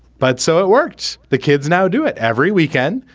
but so it worked. the kids now do it every weekend.